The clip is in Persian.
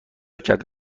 کرد